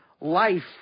life